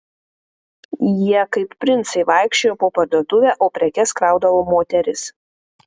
jie kaip princai vaikščiojo po parduotuvę o prekes kraudavo moterys